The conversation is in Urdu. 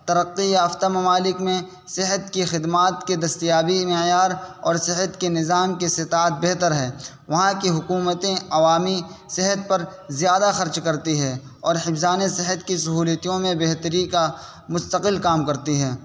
ترقی یافتہ ممالک میں صحت کی خدمات کے دستیابی معیار اور صحت کے نظام کی استطاعت بہتر ہے وہاں کی حکومتیں عوامی صحت پر زیادہ خرچ کرتی ہے اور حفظان صحت کی سہولتیوں میں بہتری کا مستقل کام کرتی ہے